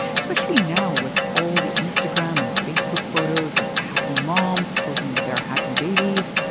especially now with all the instagram and facebook photos of happy moms posing with their happy babies.